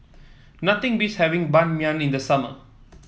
nothing beats having Ban Mian in the summer